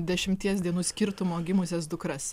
dešimties dienų skirtumo gimusias dukras